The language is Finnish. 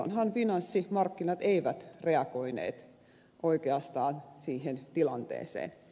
silloinhan finanssimarkkinat eivät reagoineet oikeastaan siihen tilanteeseen